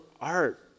art